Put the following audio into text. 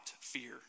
fear